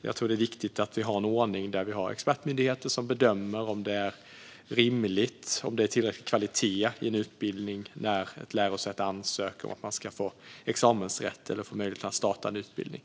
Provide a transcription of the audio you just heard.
Jag tror att det är viktigt att vi har en ordning där vi har expertmyndigheter som bedömer vad som är rimligt och om det är tillräcklig kvalitet i en utbildning när ett lärosäte ansöker om att få examensrätt eller få möjlighet att starta en utbildning.